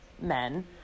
men